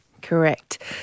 correct